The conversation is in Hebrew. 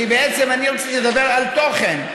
כי בעצם אני רציתי לדבר על תוכן,